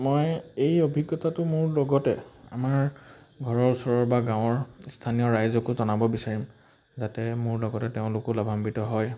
মই এই অভিজ্ঞতাটো মোৰ লগতে আমাৰ ঘৰৰ ওচৰৰ বা গাঁৱৰ স্থানীয় ৰাইজকো জনাব বিচাৰিম যাতে মোৰ লগতে তেওঁলোকো লাভান্বিত হয়